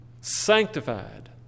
sanctified